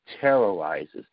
terrorizes